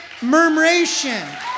murmuration